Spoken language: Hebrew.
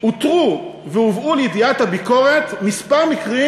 אותרו והובאו לידיעת הביקורת מספר מקרים